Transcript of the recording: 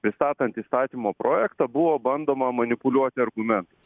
pristatant įstatymo projektą buvo bandoma manipuliuoti argumentais